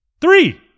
Three